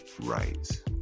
right